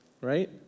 Right